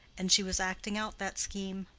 and she was acting out that scheme.